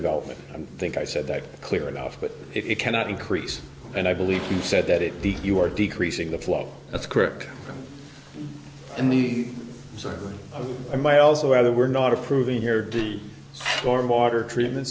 development and think i said that clear enough but it cannot increase and i believe he said that it you are decreasing the flow that's correct and the so i might also add that we're not approving here the warm water treatment